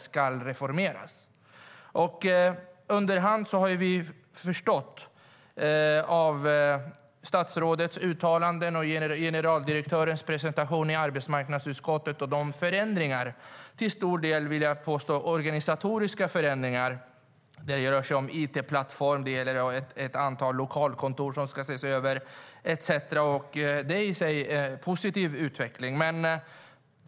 Under hand har vi förstått att något var på gång, genom statsrådets uttalanden och generaldirektörens presentation i arbetsmarknadsutskottet liksom av de till största delen organisatoriska förändringar som ska genomföras. Det rör sig om en it-plattform och om att ett antal lokalkontor ska ses över.